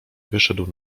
wyszedł